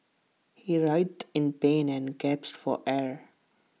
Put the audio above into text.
he writhed in pain and gasped for air